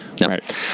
Right